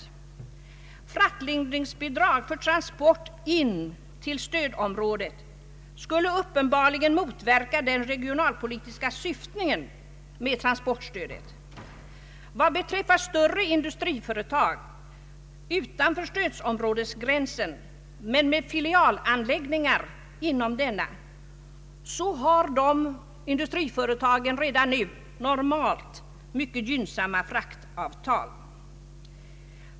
Ett fraktlindringsbidrag för transport in i stödområdet skulle uppenbarligen motverka det regionalpolitiska syfiet med transportstöd. Större industriföretag utanför stödområdesgränsen men med filialanläggningar inom denna har redan nu normalt mycket gynnsamma fraktavtal.